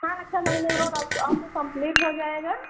हाँ छः महीने में रोड आपको आपकी कंप्लीट हो जाएगी